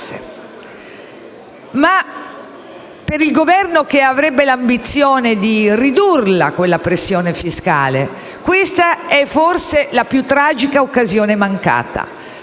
Ma per il Governo, che avrebbe l'ambizione di ridurre la pressione fiscale, questa è forse la più tragica occasione mancata.